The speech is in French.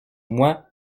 moi